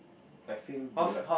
like feel good lah